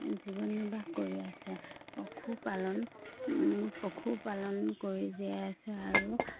জীৱন নিৰ্বাহ কৰি আছে পশুপালন পশুপালন কৰি জীয়াই আছে আৰু